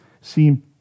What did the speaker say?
seem